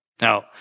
Now